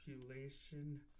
population